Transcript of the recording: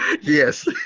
Yes